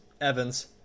Evans